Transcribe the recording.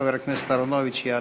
חבר הכנסת אהרונוביץ, יענה.